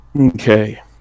Okay